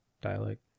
dialect